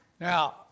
Now